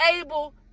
able